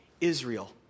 Israel